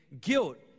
guilt